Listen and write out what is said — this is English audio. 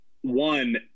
one